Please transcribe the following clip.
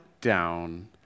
down